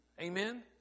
Amen